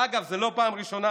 אגב, זו לא הפעם הראשונה.